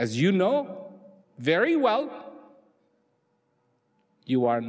as you know very well you are